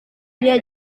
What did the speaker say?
dia